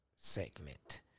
Segment